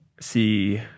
See